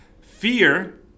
Fear